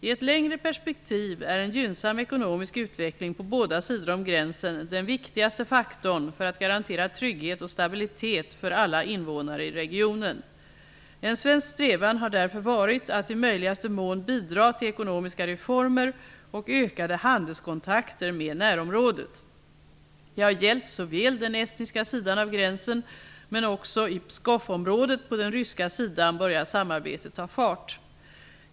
I ett längre perspektiv är en gynnsam ekonomisk utveckling på båda sidor om gränsen den viktigaste faktorn för att garantera trygghet och stabilitet för alla invånare i regionen. En svensk strävan har därför varit att i möjligaste mån bidra till ekonomiska reformer och ökade handelskontakter med närområdet. Det har gällt den estniska sidan av gränsen, men också i Pskovområdet på den ryska sidan börjar samarbetet ta fart.